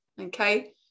okay